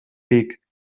pic